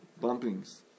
bumpings